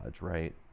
right